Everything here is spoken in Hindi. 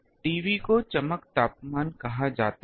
TB को चमक तापमान कहा जाता है